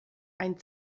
ein